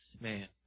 man